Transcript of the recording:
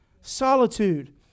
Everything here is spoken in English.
Solitude